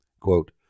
Quote